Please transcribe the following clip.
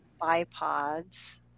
bipods